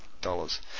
dollars